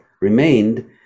remained